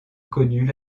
connut